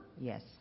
Yes